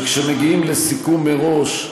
שכשמגיעים לסיכום מראש,